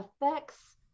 affects